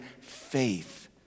faith